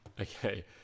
Okay